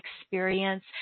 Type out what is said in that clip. experience